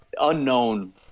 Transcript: unknown